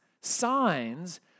signs